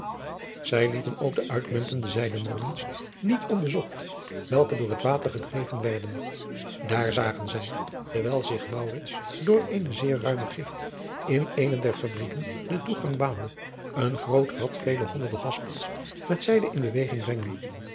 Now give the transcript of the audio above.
zij lieten ook de uitmuntende zijdemolens niet onbezocht welke door het water gedreven werden daar zagen zij dewijl zich maurits door eene zeer ruime gift in eene der fabrijken den toegang baande een groot rad vele honderde haspels met zijde in beweging brengen